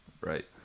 Right